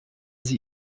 sie